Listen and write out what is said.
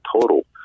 total